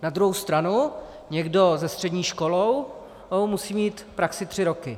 Na druhou stranu někdo se střední školou musí mít praxi tři roky.